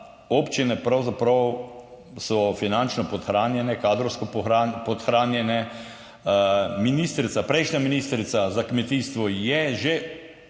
občine pravzaprav so finančno podhranjene, kadrovsko podhranjene. Ministrica, prejšnja ministrica za kmetijstvo je že